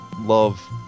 love